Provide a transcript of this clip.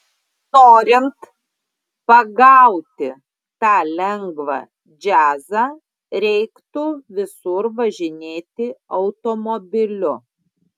norint pagauti tą lengvą džiazą reiktų visur važinėti automobiliu